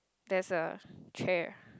there is a chair